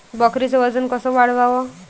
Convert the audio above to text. बकरीचं वजन कस वाढवाव?